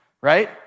right